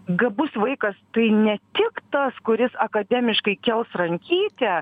gabus vaikas tai ne tiek tas kuris akademiškai kels rankytę